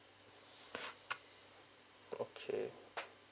okay